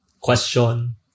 question